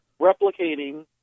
replicating